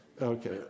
Okay